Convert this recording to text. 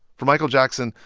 for michael jackson,